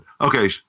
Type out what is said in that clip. okay